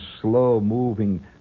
slow-moving